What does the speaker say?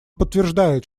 подтверждает